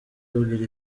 abwira